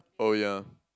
oh yeah